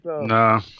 No